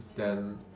then